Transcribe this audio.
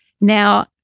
Now